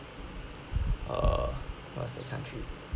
uh what is the country